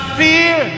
fear